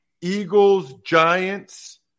Eagles-Giants